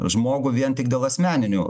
žmogų vien tik dėl asmeninių